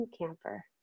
camper